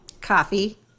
Coffee